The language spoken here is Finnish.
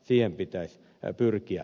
siihen pitäisi pyrkiä